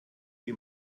die